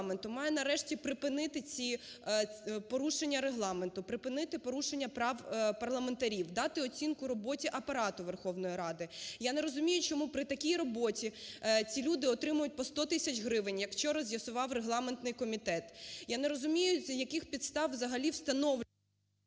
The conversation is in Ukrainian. має нарешті припинити ці порушення Регламенту, припинити порушення прав парламентарів, дати оцінку роботі Апарату Верховної Ради. Я не розумію, чому при такій роботі ці люди отримують по 100 тисяч гривень, як вчора з'ясував регламентний комітет. Я не розумію, за яких підстав взагалі… ГОЛОВУЮЧИЙ.